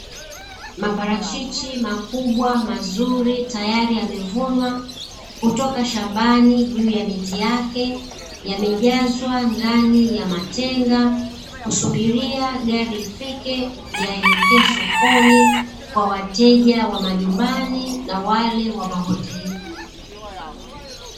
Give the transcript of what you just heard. Mparachichi makubwa mazuri tayari yamevunwa, kutoka shambani juu ya miti yake, yamejazwa ndani ya matenga, kusubiria gari ifike yaelekee sokoni, kwa wateja wa majumbani na wale wa mahotelini.